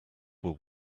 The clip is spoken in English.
will